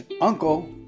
Uncle